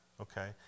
Okay